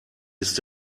ist